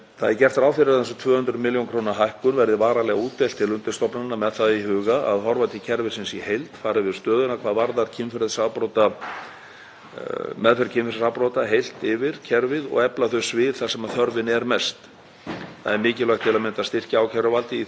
meðferð kynferðisafbrota heilt yfir kerfið og efla þau svið þar sem þörfin er mest. Það er mikilvægt til að mynda að styrkja ákæruvaldið í því skyni að auka málshraða sem og að fjölga stöðugildum lögreglumanna og auka búnað til rannsókna. Það verður að taka það fram að það er ekkert einfalt mál að fjölga lögreglumönnum